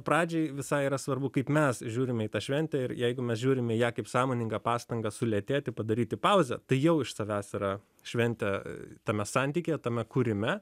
pradžiai visai yra svarbu kaip mes žiūrime į tą šventę ir jeigu mes žiūrime į ją kaip sąmoningą pastangą sulėtėti padaryti pauzę tai jau iš savęs yra šventė tame santykyje tame kūrime